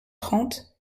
trente